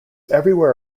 everywhere